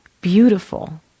beautiful